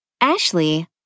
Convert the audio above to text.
Ashley